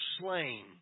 slain